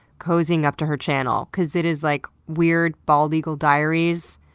cozying up to her channel, because it is like weird, bald eagle diaries.